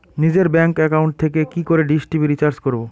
নিজের bank account থেকে কি করে ডিশ টি.ভি রিচার্জ করবো?